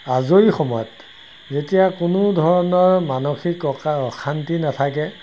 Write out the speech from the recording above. আজৰি সময়ত যেতিয়া কোনো ধৰণৰ মানসিক অকা অশান্তি নাথাকে